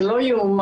זה לא יאומן.